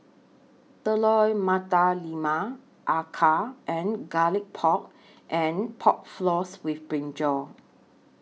Telur Mata Lembu Acar and Garlic Pork and Pork Floss with Brinjal